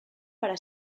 para